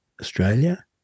Australia